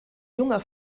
junger